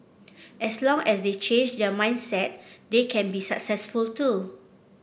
as long as they change their mindset they can be successful too